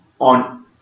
on